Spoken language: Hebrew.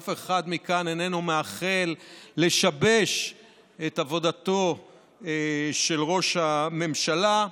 אף אחד מכאן אינו מאחל לשבש את עבודתו של ראש הממשלה.